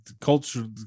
Culture